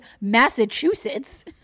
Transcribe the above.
Massachusetts